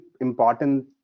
important